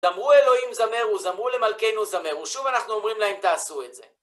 זמרו אלוהים זמר וזמרו למלכנו זמר, ושוב אנחנו אומרים להם תעשו את זה.